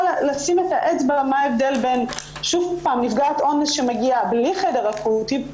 לשים את האצבע מה ההבדל בין שוב פעם נפגעת אונס שמגיעה בלי חדר אקוטי,